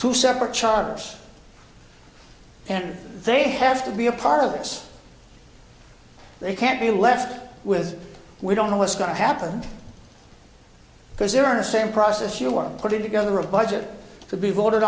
two separate charters and they have to be a part of this they can't be left with we don't know what's going to happen because they're on the same process you are putting together a budget to be voted